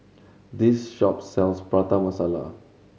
this shop sells Prata Masala